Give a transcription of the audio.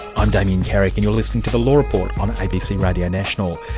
i'm damien carrick and you're listening to the law report on abc radio national,